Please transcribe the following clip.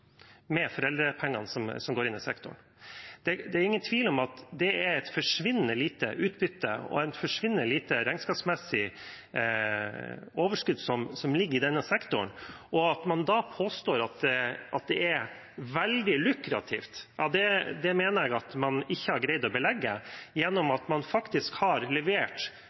med foreldrepengene som går inn i sektoren. Det er ingen tvil om at det er et forsvinnende lite utbytte og et forsvinnende lite regnskapsmessig overskudd som ligger i denne sektoren. Man påstår at det er veldig lukrativt, men det mener jeg at man ikke har greid å belegge, gjennom at man faktisk har levert